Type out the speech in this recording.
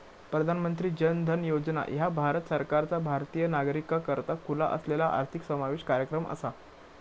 प्रधानमंत्री जन धन योजना ह्या भारत सरकारचा भारतीय नागरिकाकरता खुला असलेला आर्थिक समावेशन कार्यक्रम असा